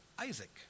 Isaac